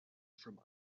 from